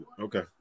Okay